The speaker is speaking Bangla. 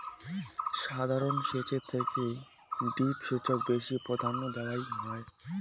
সাধারণ সেচের থেকে ড্রিপ সেচক বেশি প্রাধান্য দেওয়াং হই